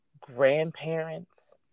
grandparents